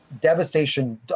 devastation